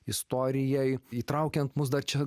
istorijai įtraukiant mus dar čia